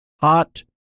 hot